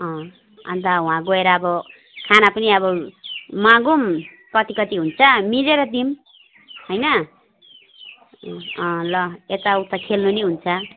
अन्त वहाँ गएर अब खाना पनि अब मागौँ कति कति हुन्छ मिलेर दिऊँ होइन अँ ल यता उता खेल्नु पनि हुन्छ